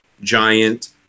giant